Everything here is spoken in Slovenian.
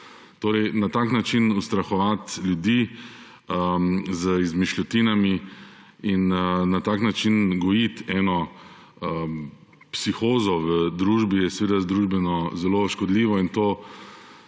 Torej, na tak način ustrahovat ljudi, z izmišljotinami in na tak način gojit eno psihozo v družbi, je seveda družbeno zelo škodljivo in to